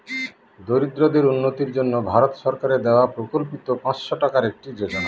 দরিদ্রদের উন্নতির জন্য ভারত সরকারের দেওয়া প্রকল্পিত পাঁচশো টাকার একটি যোজনা